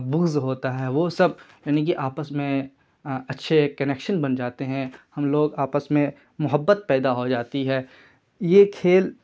بغض ہوتا ہے وہ سب یعنی کہ آپس میں اچھے کنیکشن بن جاتے ہیں ہم لوگ آپس میں محبت پیدا ہو جاتی ہے یہ کھیل